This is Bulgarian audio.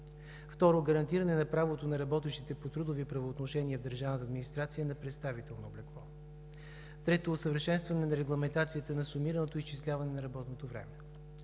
2. гарантиране на правото на работещите по трудови правоотношения в държавната администрация на представително облекло; 3. усъвършенстване на регламентацията на сумираното изчисляване на работното време;